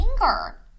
anger